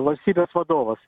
valstybės vadovas